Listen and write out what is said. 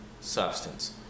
substance